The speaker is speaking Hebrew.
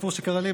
סיפור שקרה לי,